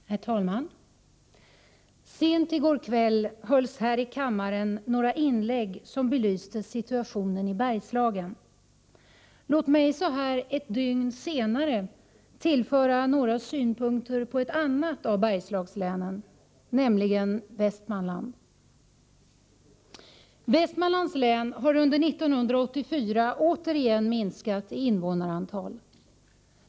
Herr talman! Sent i går kväll hölls här i kammaren några inlägg som belyste situationen i Bergslagen. Låt mig så här ett dygn senare tillföra några synpunkter på ett annat av Bergslagslänen, nämligen Västmanland. Västmanlands län har under 1984 återigen minskat i invånarantal.